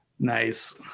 nice